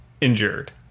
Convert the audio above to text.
injured